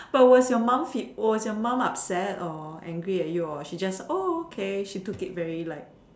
but was your mom feed oh was your mom upset or angry at you or she just oh okay she took it very light